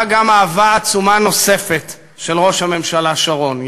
גם אהבה עצומה נוספת של ראש הממשלה שרון,